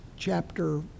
Chapter